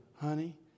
Honey